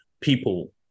people